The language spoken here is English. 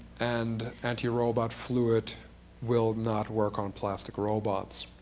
and anti-robot fluid will not work on plastic robots.